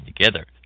together